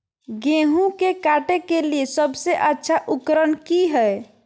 गेहूं के काटे के लिए सबसे अच्छा उकरन की है?